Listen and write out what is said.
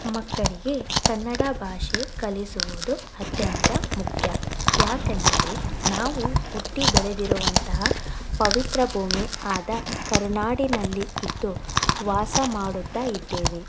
ಮಕ್ಕಳಿಗೆ ಕನ್ನಡ ಭಾಷೆ ಕಲಿಸುವುದು ಅತ್ಯಂತ ಮುಖ್ಯ ಏಕೆಂದರೆ ನಾವು ಹುಟ್ಟಿ ಬೆಳೆದಿರುವಂತಹ ಪವಿತ್ರ ಭೂಮಿ ಆದ ಕರುನಾಡಿನಲ್ಲಿ ಇದ್ದು ವಾಸ ಮಾಡುತ್ತಾ ಇದ್ದೇವೆ